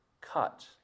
cut